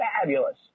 fabulous